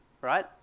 Right